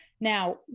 Now